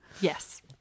Yes